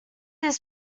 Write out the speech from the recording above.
his